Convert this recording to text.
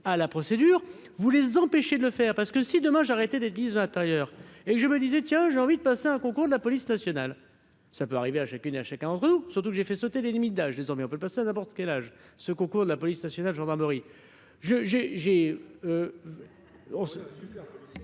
à la procédure, vous les empêcher de le faire, parce que si demain j'arrête et des 10 intérieur et je me disais tiens j'ai envie de passer un concours de la police nationale, ça peut arriver à chacune et à chacun, rue surtout que j'ai fait sauter la limites d'âge désormais on peut le passer à n'importe quel âge ce concours de la police nationale gendarmerie